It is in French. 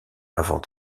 avant